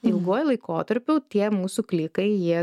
ilguoju laikotarpiu tie mūsų klikai jie